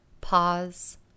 pause